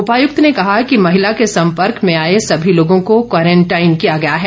उपायुक्त ने कहा कि महिला के संपर्क में आए सभी लोगों को क्वारंटाइन किया गया है